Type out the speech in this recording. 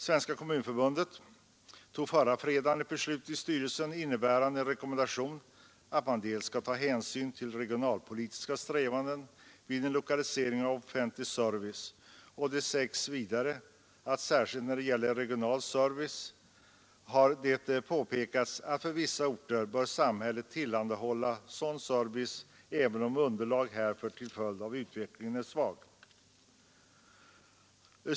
Svenska kommunförbundet fattade förra fredagen ett beslut i styrelsen innebärande en rekommendation att man dels skall ta hänsyn till regionalpolitiska strävanden vid lokalisering av offentlig service, dels att samhället för vissa orter bör tillhandahålla service — särskilt regionalt — även om underlaget härför till följd av utvecklingen är svagt.